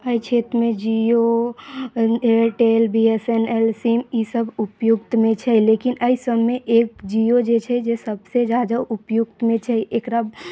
एहि क्षेत्रमे Jio Airtel B S N L sim ईसभ उपयुक्तमे छै लेकिन एहिसभमे जियो जे छै जे सभसँ ज्यादा उपयुक्तमे छै एकरा